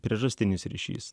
priežastinis ryšys